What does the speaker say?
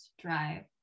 drive